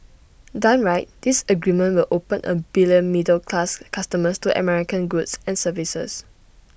done right this agreement will open A billion middle class customers to American goods and services